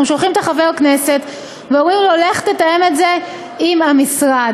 אנחנו שולחים את חבר הכנסת ואומרים לו: לך תתאם את זה עם המשרד,